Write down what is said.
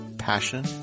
passion